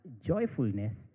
joyfulness